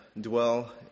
dwell